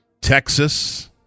Texas